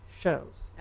shows